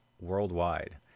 worldwide